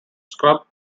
scrub